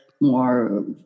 more